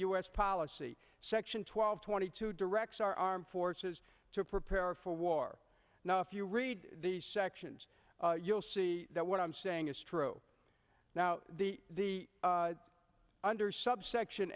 us policy section twelve twenty two directs our armed forces to prepare for war now if you read the sections you'll see that what i'm saying is true now the the under subsection